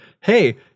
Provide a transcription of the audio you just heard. hey